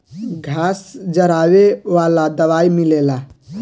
घास जरावे वाला दवाई मिलेला